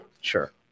Sure